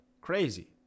Crazy